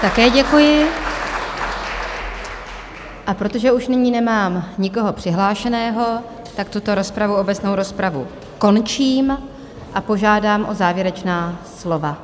Také děkuji, a protože už nyní nemám nikoho přihlášeného, tak tuto obecnou rozpravu končím a požádám o závěrečná slova.